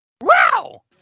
wow